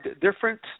Different